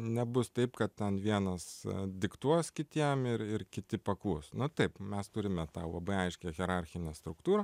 nebus taip kad ten vienas diktuos kitiem ir ir kiti paklus na taip mes turime tau labai aiškią hierarchinę struktūrą